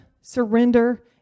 surrender